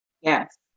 Yes